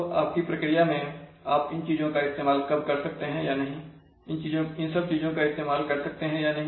तो आपकी प्रक्रिया मेंआप इन सब चीजों का इस्तेमाल कर सकते हैं या नहीं